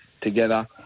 together